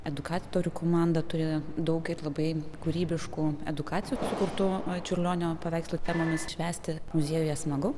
edukatorių komanda turi daug ir labai kūrybiškų edukacijų sukurtų a čiurlionio paveikslų temomis švęsti muziejuje smagu